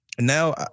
now